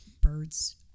birds